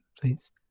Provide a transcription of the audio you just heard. Please